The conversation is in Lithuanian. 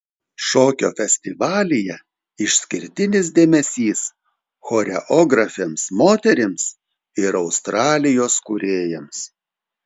šokio festivalyje išskirtinis dėmesys choreografėms moterims ir australijos kūrėjams